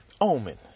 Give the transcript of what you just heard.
Omen